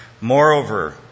Moreover